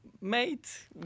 mate